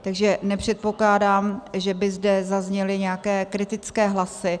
Takže nepředpokládám, že by zde zazněly nějaké kritické hlasy.